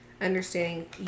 understanding